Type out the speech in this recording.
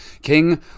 King